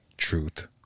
truth